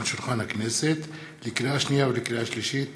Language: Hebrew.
שולחן הכנסת, לקריאה שנייה ולקריאה שלישית: